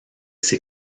ses